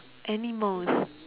animals